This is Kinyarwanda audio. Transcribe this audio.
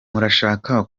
murashaka